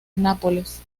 nápoles